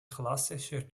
klassischer